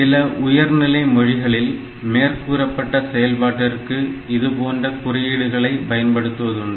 சில உயர்நிலை மொழிகளில் மேற்கூறப்பட்ட செயல்பாட்டிற்கு இதுபோன்ற குறியீடுகளை பயன்படுத்துவதுண்டு